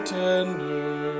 tender